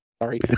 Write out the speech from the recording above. Sorry